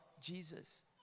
Jesus